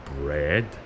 bread